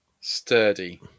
sturdy